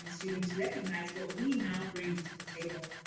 and students recognize what we now bring to the table.